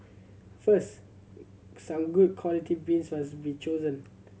first some good quality beans must be chosen